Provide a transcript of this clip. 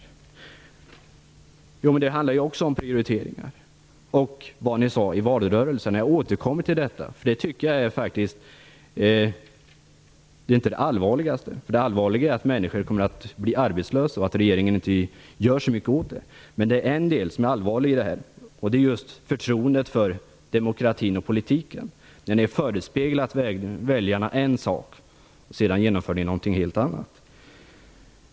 Nej, men det handlar ju om prioriteringar och om vad ni sade i valrörelsen - jag återkommer till det nu. Men det är inte det allvarligaste, för det tycker jag är att människor kommer att bli arbetslösa och att regeringen inte gör så mycket åt det. Det som också är allvarligt i den här frågan är förtroendet för demokratin och politiken. Ni förespeglar väljarna en sak och sedan genomför ni något helt annat.